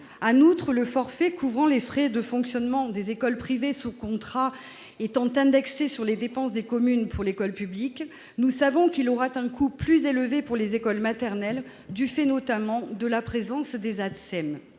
En outre, le forfait couvrant les frais de fonctionnement des écoles privées sous contrat étant indexé sur les dépenses des communes pour l'école publique, nous savons qu'il sera plus élevé pour les écoles maternelles, du fait notamment de la présence des ATSEM,